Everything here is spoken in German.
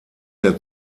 der